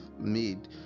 made